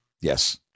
Yes